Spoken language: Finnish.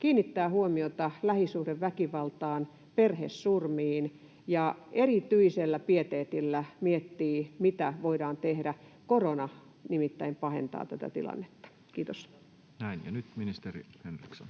kiinnittää huomiota lähisuhdeväkivaltaan ja perhesurmiin ja erityisellä pieteetillä miettii, mitä voidaan tehdä. Korona nimittäin pahentaa tätä tilannetta. — Kiitos. Näin. — Ja nyt ministeri Henriksson.